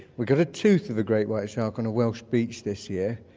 we've got a tooth of a great white shark on a welsh beach this year,